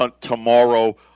tomorrow